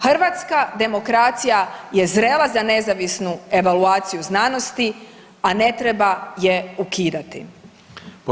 Hrvatska demokracija je zrela za nezavisnu evaluaciju znanosti, a ne treba je ukidati.